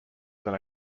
than